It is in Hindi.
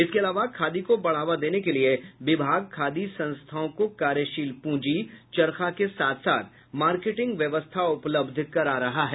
इसके अलावा खादी को बढ़ावा देने के लिए विभाग खादी संस्थाओं को कार्यशील प्रंजी चरखा के साथ साथ मार्केटिंग व्यवस्था उपलब्ध करा रहा है